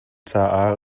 caah